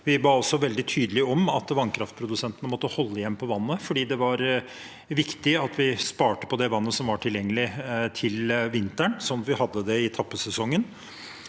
Vi ba også veldig tydelig om at vannkraftprodusentene måtte holde igjen på vannet fordi det var viktig at vi sparte på det vannet som var tilgjengelig, til vinteren, sånn at vi hadde det i tappesesongen.